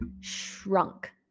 shrunk